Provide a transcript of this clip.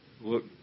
Look